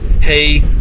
hey